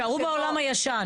תישארו בעולם הישן.